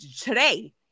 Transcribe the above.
today